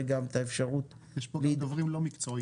גם את האפשרות --- יש פה גם דוברים לא מקצועיים.